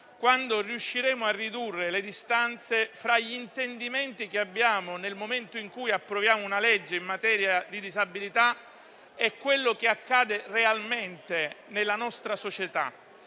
quando riusciremo a ridurre le distanze fra gli intendimenti che abbiamo nel momento in cui approviamo una legge in materia di disabilità e quello che accade realmente nella nostra società.